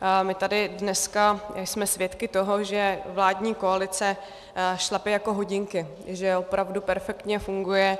My jsme tady dneska svědky toho, že vládní koalice šlape jako hodinky, že opravdu perfektně funguje.